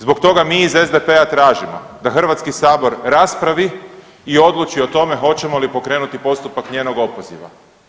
Zbog toga mi iz SDP-a tražimo da Hrvatski sabor raspravi i odluči o tome hoćemo li pokrenuti postupak njenog opoziva.